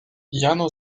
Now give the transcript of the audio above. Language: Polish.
jano